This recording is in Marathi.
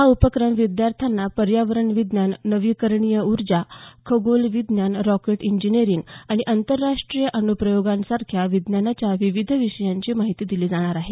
हा उपक्रम विद्यार्थांना पर्यावरण विज्ञान नवीकरणीय ऊर्जा खगोल विज्ञान रॉकेट इंजिनियरिंग आणि अंतरिक्ष अणुप्रयोगांसारख्या विज्ञानाच्या विविध विषयांची माहिती दिली जाणार आहे